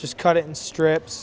just cut it in strips